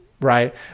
right